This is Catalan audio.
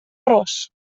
ros